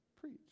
preach